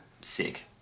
Sick